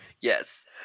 Yes